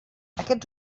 aquests